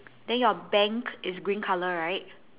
then your bank is green colour right